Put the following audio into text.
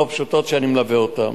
ואני מלווה אותן.